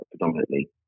predominantly